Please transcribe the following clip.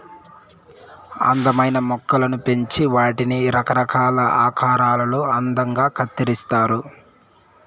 అందమైన మొక్కలను పెంచి వాటిని రకరకాల ఆకారాలలో అందంగా కత్తిరిస్తారు